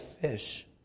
fish